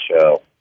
show